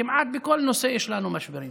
כמעט בכל נושא יש לנו משברים.